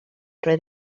roedd